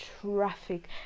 traffic